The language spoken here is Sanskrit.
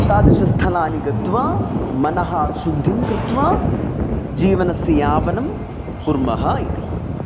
तादृशस्थलानि गत्वा मनः शुद्धिं कृत्वा जीवनस्य यापनं कुर्मः इति